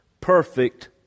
perfect